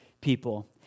people